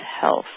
health